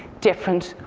different,